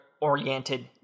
oriented